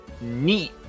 Neat